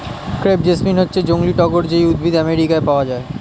crepe jasmine হচ্ছে জংলী টগর যেই উদ্ভিদ আমেরিকায় পাওয়া যায়